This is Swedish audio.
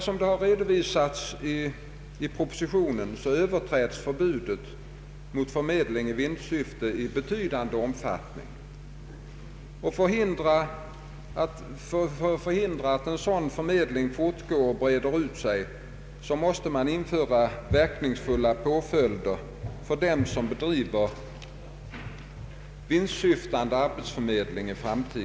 Som redovisas i propositionen överträds förbudet mot förmedling i vinstsyfte i betydande omfattning. För att hindra att sådan förmedling fortgår och breder ut sig måste man införa verkningsfulla påföljder för dem som bedriver vinstsyftande arbetsförmedling.